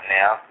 now